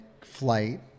flight